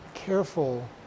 careful